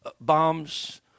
bombs